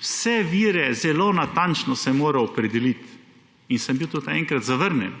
sem moral zelo natančno opredeliti in sem bil tudi enkrat zavrnjen.